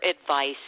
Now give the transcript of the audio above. advice